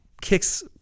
kicks